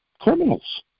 criminals